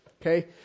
Okay